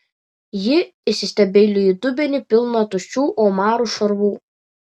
ji įsistebeilijo į dubenį pilną tuščių omarų šarvų